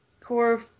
core